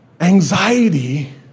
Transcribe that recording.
anxiety